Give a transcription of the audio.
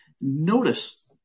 Notice